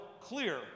clear